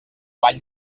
vall